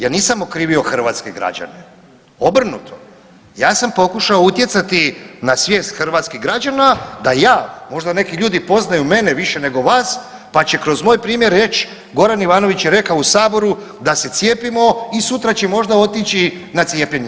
Ja nisam okrivio hrvatske građane, obrnuto ja sam pokušao utjecati na svijest hrvatskih građana da ja, možda neki ljudi poznaju mene više nego vas pa će kroz moj primjer reći Goran Ivanović je rekao u saboru da se cijepimo i sutra će možda otići na cijepljenje.